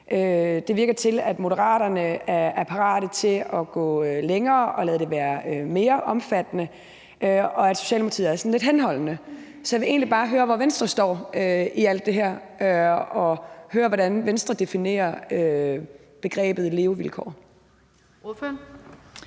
Det virker til, at Moderaterne er parate til at gå længere og lade det være mere omfattende, og at Socialdemokratiet er sådan lidt henholdende. Så jeg vil egentlig bare høre, hvor Venstre står i alt det her, og høre, hvordan Venstre definerer begrebet levevilkår.